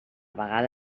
vegada